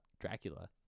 Dracula